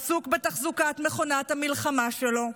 עסוק בתחזוקת מכונת המלחמה שלו,